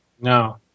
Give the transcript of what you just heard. No